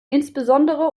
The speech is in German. insbesondere